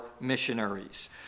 missionaries